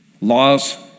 Laws